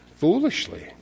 Foolishly